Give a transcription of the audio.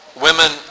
Women